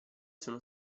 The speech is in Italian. sono